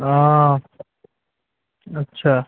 ও আচ্ছা